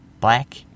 black